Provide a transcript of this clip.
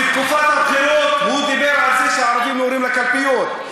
בתקופת הבחירות הוא דיבר על זה שהערבים נוהרים לקלפיות.